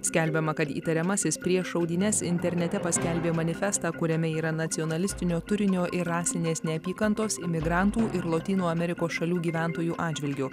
skelbiama kad įtariamasis prieš šaudynes internete paskelbė manifestą kuriame yra nacionalistinio turinio ir rasinės neapykantos imigrantų ir lotynų amerikos šalių gyventojų atžvilgiu